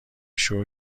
شکر